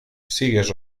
sigues